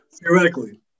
theoretically